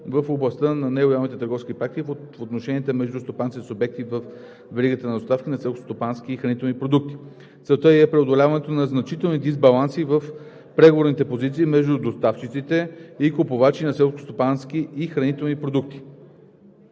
в областта на нелоялните търговски практики, в отношенията между стопанските субекти във веригата на доставки на селскостопански и хранителни продукти. Целта ѝ е преодоляването на значителни дисбаланси в преговорната позиция между доставчици и купувачи на селскостопански и хранителни продукти.